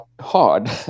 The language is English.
hard